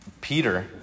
Peter